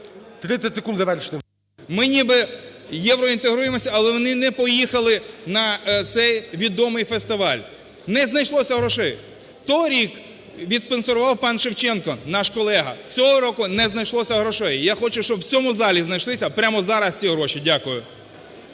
30 секунд завершити. РИБЧИНСЬКИЙ Є.Ю. …ми ніби євроінтегруємось, але вони не поїхали на цей відомий фестиваль. Не знайшлося грошей. Торік спонсорував пан Шевченко, наш колега. Цього року не знайшлося грошей. Я хочу, щоб в цьому залі знайшлися прямо зараз ці гроші. Дякую.